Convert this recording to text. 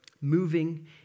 moving